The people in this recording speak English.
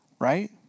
right